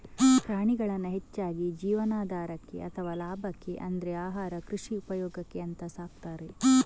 ಪ್ರಾಣಿಗಳನ್ನ ಹೆಚ್ಚಾಗಿ ಜೀವನಾಧಾರಕ್ಕೆ ಅಥವಾ ಲಾಭಕ್ಕೆ ಅಂದ್ರೆ ಆಹಾರ, ಕೃಷಿ ಉಪಯೋಗಕ್ಕೆ ಅಂತ ಸಾಕ್ತಾರೆ